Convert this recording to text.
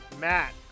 Matt